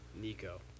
Nico